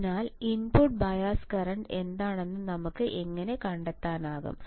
അതിനാൽ input bias current എന്താണെന്ന് നമുക്ക് എങ്ങനെ കണ്ടെത്താനാകും